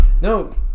No